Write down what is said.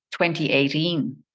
2018